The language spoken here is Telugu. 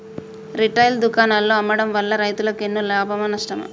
రిటైల్ దుకాణాల్లో అమ్మడం వల్ల రైతులకు ఎన్నో లాభమా నష్టమా?